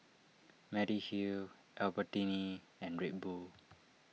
Mediheal Albertini and Red Bull